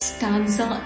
Stanza